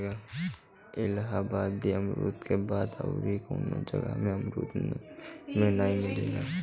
इलाहाबादी अमरुद के बात अउरी कवनो जगह के अमरुद में नाइ मिलेला